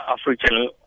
African